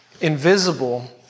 invisible